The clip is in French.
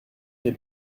les